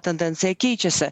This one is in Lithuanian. tendencija keičiasi